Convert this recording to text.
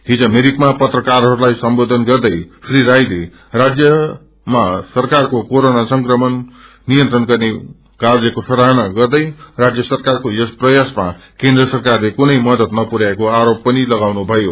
हिज भिरिकमा पत्रकारहरूलद्व सम्बोधन गर्नुहुँदै श्री राईले राज्यमासरकारले कोरोना संक्रमण नियंत्रण गर्नेकार्यको साइना गर्नुहुँदै राजय सरकारको यस प्रयासमा केन्द्र सरकारले कुनै मदद नपुरयाईएको आरोप लगाउनुभयो